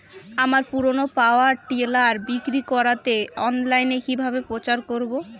আমার পুরনো power tiller বিক্রি করাতে অনলাইনে কিভাবে প্রচার করব?